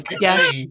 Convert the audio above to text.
yes